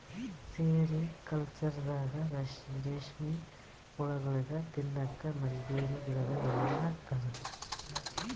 ಸೆರಿಕಲ್ಚರ್ದಾಗ ರೇಶ್ಮಿ ಹುಳಗೋಳಿಗ್ ತಿನ್ನಕ್ಕ್ ಮಲ್ಬೆರಿ ಗಿಡದ್ ಎಲಿ ಹಾಕ್ತಾರ